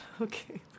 okay